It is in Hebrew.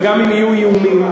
וגם אם יהיו איומים,